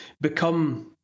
become